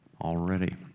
already